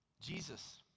Jesus